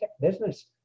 business